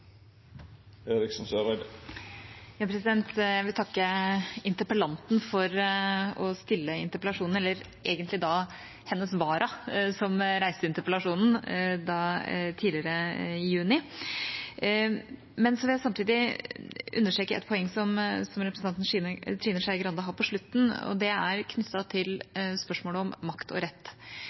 Jeg vil takke interpellanten for å stille interpellasjonen – eller egentlig hennes vara, som reiste interpellasjonen tidligere, i juni. Samtidig vil jeg understreke et poeng som representanten Trine Skei Grande har på slutten, og det er knyttet til spørsmålet om makt og rett.